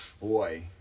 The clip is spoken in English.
Boy